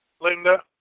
Linda